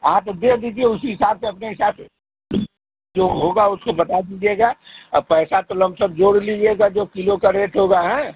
आप दे दीजिए उसी हिसाब से अपने हिसाब से जो होगा उसको बता दीजिएगा पैसा तो लमसम जोड़ लीजिएगा जो किलाे का रेट होगा हें